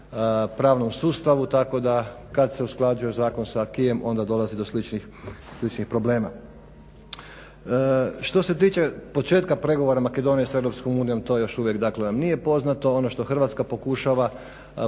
Hrvatska pokušava biti